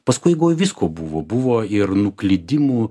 paskui visko buvo buvo ir nuklydimų